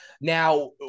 Now